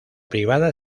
privada